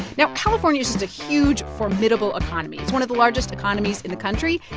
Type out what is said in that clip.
now, california is just a huge, formidable economy. it's one of the largest economies in the country.